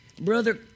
brother